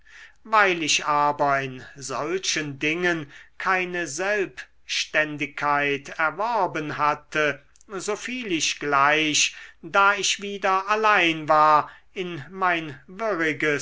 weil ich aber in solchen dingen keine selbständigkeit erworben hatte so fiel ich gleich da ich wieder allein war in mein